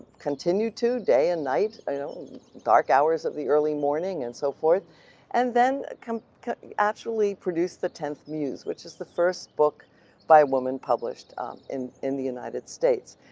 continued to day and night, you know dark hours of the early morning and so forth and then ah kind of actually produced the tenth muse which is the first book by a woman published in in the united states.